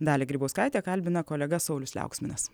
dalią grybauskaitę kalbina kolega saulius liauksminas